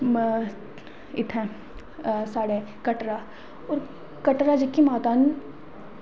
इत्थें साढ़े कटरा कटरा जेह्की माता नी